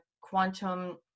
quantum